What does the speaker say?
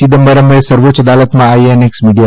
ચિદમ્બરમે સર્વોચ્ય અદાલતમાં INX media